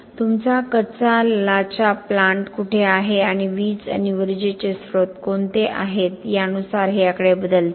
तुमचा कच्चा लाचा प्लांट कुठे आहे आणि वीज आणि ऊर्जेचे स्रोत कोणते आहेत यानुसार हे आकडे बदलतील